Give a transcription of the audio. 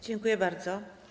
Dziękuję bardzo.